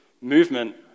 movement